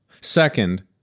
Second